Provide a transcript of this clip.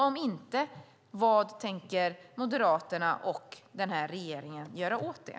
Om inte, vad tänker Moderaterna och den här regeringen göra åt det?